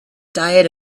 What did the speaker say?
diet